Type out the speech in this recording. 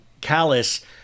callous